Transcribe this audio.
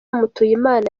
mutuyimana